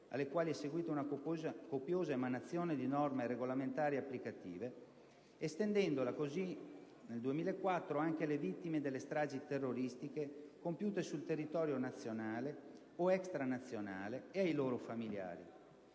alle quali è seguita una copiosa emanazione di norme regolamentari e applicative), estendendoli anche alle vittime delle stragi terroristiche compiute sul territorio nazionale o extranazionale e ai loro familiari.